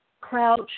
crouch